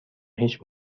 هیچ